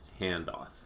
handoff